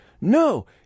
No